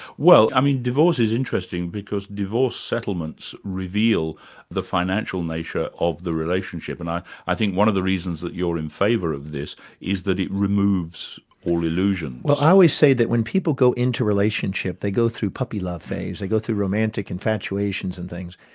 well, i mean divorce is interesting because divorce settlements reveal the financial nature of the relationship, and i i think that one of the reasons that you're in favour of this is that it removes all illusions. well i always say that when people go into a relationship, they go through puppy love phase, they go through romantic infatuations and things.